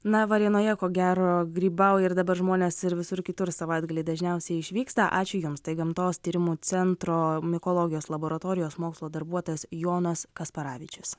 na varėnoje ko gero grybauja ir dabar žmonės ir visur kitur savaitgalį dažniausiai išvyksta ačiū jums tai gamtos tyrimų centro mikologijos laboratorijos mokslo darbuotojas jonas kasparavičius